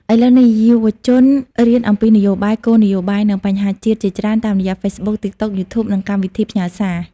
ឥឡូវនេះ យុវជនរៀនអំពីនយោបាយ គោលនយោបាយ និងបញ្ហាជាតិភាគច្រើនតាមរយៈ Facebook, TikTok, YouTube និងកម្មវិធីផ្ញើសារ។